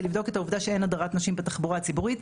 לבדוק את העובדה שאין הדרת נשים בתחבורה הציבורית.